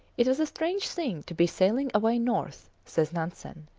it was a strange thing to be sailing away north, says nansen,